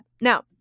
Now